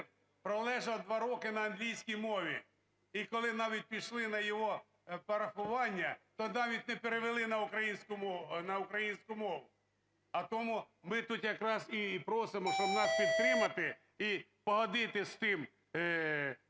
пролежав два роки на англійській мові, і коли навіть пішли на його парафування, то навіть не перевели на українську мову. А тому ми тут якраз і просимо, щоби нас підтримати, і погодитись з тим,